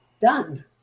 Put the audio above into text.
done